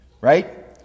right